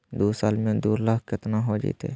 दू साल में दू लाख केतना हो जयते?